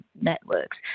Networks